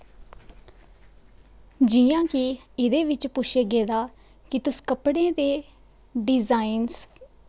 जि'यां कि एह्दे बिच्च पुच्छे गेदा ऐ कि तुस कपड़े दे डिज़ाइनस